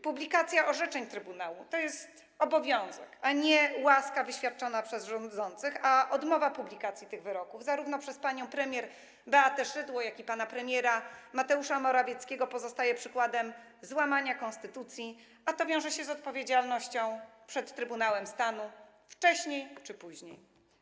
Publikacja orzeczeń trybunału to jest obowiązek, a nie łaska wyświadczona przez rządzących, a odmowa publikacji tych wyroków przez zarówno panią premier Beatę Szydło, jak i pana premiera Mateusza Morawieckiego pozostaje przykładem złamania konstytucji, a to wiąże się z odpowiedzialnością przed Trybunałem Stanu wcześniej czy później.